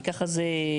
כי ככה זה.